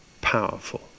Powerful